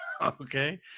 Okay